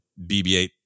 BB-8